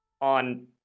on